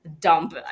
dump